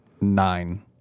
Nine